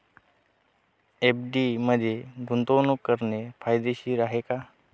FD मध्ये गुंतवणूक करणे फायदेशीर आहे का?